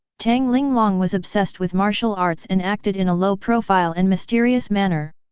tang linglong was obsessed with martial arts and acted in a low profile and mysterious manner.